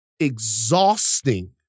exhausting